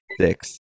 Six